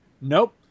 Nope